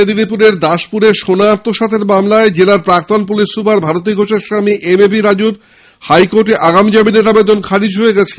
মেদিনীপুরের দাশপুরে সোনা আত্মসাতের মামলায় জেলার প্রাক্তন পুলিশ সুপার ভারতী ঘোষের স্বামী এম এ ভি রাজুর হাইকোর্টে আগাম আমিনের আবেদন খারিজ হয়ে গেছে